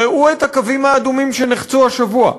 ראו את הקווים האדומים שנחצו השבוע: